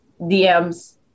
DMs